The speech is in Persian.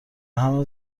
همه